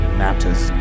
matters